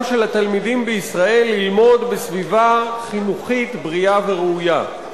של התלמידים בישראל ללמוד בסביבה חינוכית בריאה וראויה.